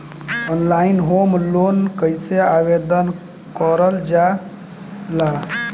Online home loan कैसे आवेदन करल जा ला?